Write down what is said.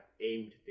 aimed